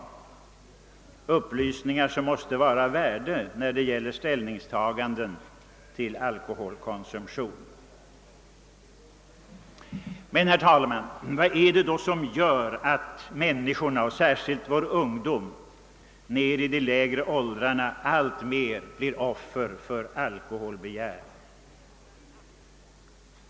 Sådan upplysning måste dock vara av värde när det gäller ställningstagande till alkoholkonsumtion. Herr talman! Vad är det då som gör att människorna — och särskilt vår ungdom ända ned i de lägre åldrarna — alltmer blir offer för alkoholbegär?